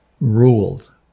ruled